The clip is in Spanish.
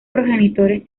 progenitores